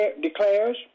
declares